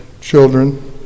children